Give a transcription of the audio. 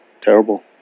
terrible